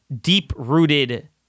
deep-rooted